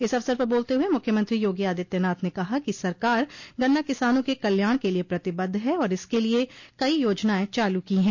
इस अवसर पर बोलते हुए मुख्यमंत्री योगी आदित्यनाथ ने कहा कि सरकार गन्ना किसानों के कल्याण के लिये प्रतिबद्ध है और इसके लिये कई योजनाएं चालू की है